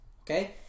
okay